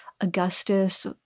Augustus